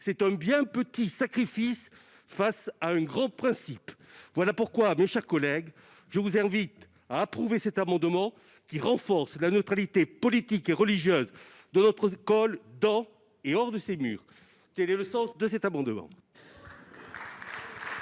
c'est un bien petit sacrifice face à un grand principe. Voilà pourquoi, mes chers collègues, je vous invite à adopter cet amendement, qui vise à renforcer la neutralité politique et religieuse de notre école, dans et hors ses murs. L'amendement